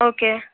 okay